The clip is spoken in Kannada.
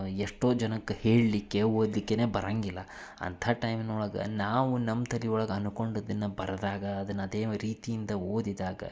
ಎಷ್ಟೋ ಜನಕ್ಕೆ ಹೇಳಲಿಕ್ಕೆ ಓದ್ಲಿಕ್ಕೇ ಬರಂಗಿಲ್ಲ ಅಂಥ ಟೈಮ್ನೊಳಗೆ ನಾವು ನಮ್ಮ ತಲೆ ಒಳಗೆ ಅನ್ಕೊಂಡಿದ್ದನ್ನು ಬರೆದಾಗ ಅದನ್ನು ಅದೇ ರೀತಿಯಿಂದ ಓದಿದಾಗ